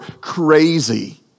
crazy